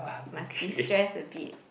must destress a bit